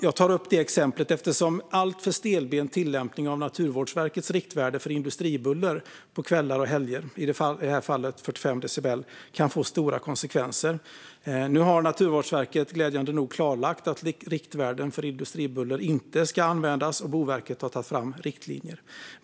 Jag tar upp det exemplet eftersom alltför stelbent tillämpning av Naturvårdsverkets riktvärde för industribuller på kvällar och helger, i det här fallet 45 decibel, kan få stora konsekvenser. Nu har Naturvårdsverket glädjande nog klarlagt att riktvärden för industribuller inte ska användas, och Boverket har tagit fram riktlinjer.